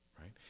right